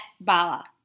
Bala